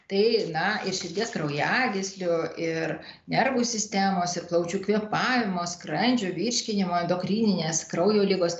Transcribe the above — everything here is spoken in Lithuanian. tai na ir širdies kraujagyslių ir nervų sistemos ir plaučių kvėpavimo skrandžio virškinimo endokrininės kraujo ligos